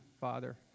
Father